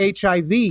HIV